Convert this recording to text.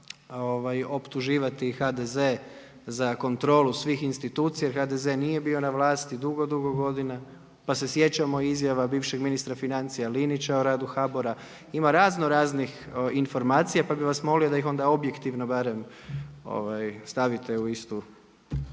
optuživati HDZ za kontrolu svih institucija jer HDZ nije bio na vlasti dugo dugo godina. Pa se sjećamo i izjava bivšeg ministra financija Linića o radu HBOR-a. Ima razno raznih informacija pa bih vas molio da ih onda objektivno barem stavite u istu